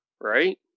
right